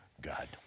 God